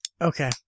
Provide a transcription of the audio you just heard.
Okay